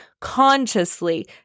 consciously